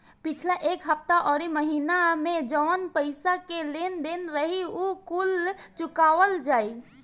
पिछला एक हफ्ता अउरी महीना में जवन पईसा के लेन देन रही उ कुल चुकावल जाई